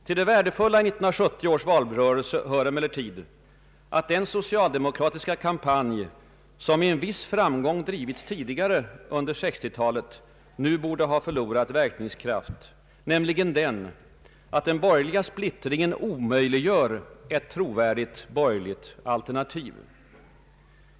Till det värdefulla i 1970 års valrörelse hör emellertid, att den socialdemokratiska kampanj, som med viss framgång drivits tidigare under 1960 talet, nu borde ha förlorat verkningskraft, nämligen att den borgerliga splittringen omöjliggör ett trovärdigt borgerligt alternativ.